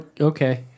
Okay